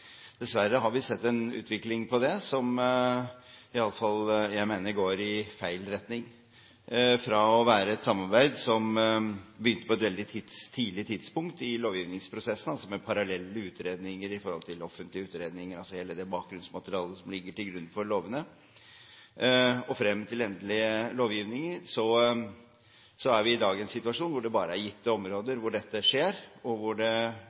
Dessverre har vi sett en utvikling her, som i alle fall jeg mener går i feil retning. Fra å være et samarbeid som begynte på et veldig tidlig tidspunkt i lovgivningsprosessen – med parallelle utredninger i forhold til offentlige utredninger, altså hele det bakgrunnsmaterialet som ligger til grunn for lovene og frem til endelige lovgivninger – er dagens situasjon at dette skjer bare innenfor gitte områder, og det skjer nok også på et mye senere tidspunkt i prosessen. Dette gjelder alle departementer og